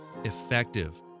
Effective